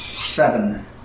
seven